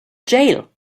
jail